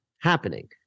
happening